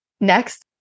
Next